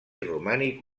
romànic